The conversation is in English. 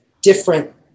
different